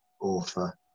author